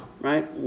right